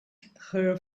her